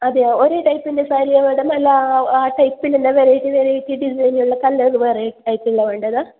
അതെയോ ഒരേ ടൈപ്പിൻ്റെ സാരിയാണോ മേഡം അല്ലാ ആ ടൈപ്പിൻ്റെ തന്നെ വെറൈറ്റി വെറൈറ്റി ഡിസൈനിലുള്ള കളർ വെറൈറ്റി ആയിട്ടുള്ളത് വേണ്ടത്